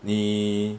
你